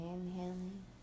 Inhaling